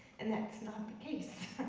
and that's not the case.